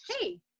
hey